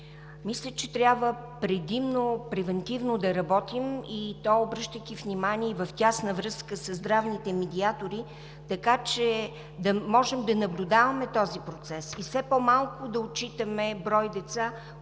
Мисля, че трябва предимно превантивно да работим, и то обръщайки внимание и в тясна връзка със здравните медиатори, така че да можем да наблюдаваме този процес и все по-малко да отчитаме брой деца,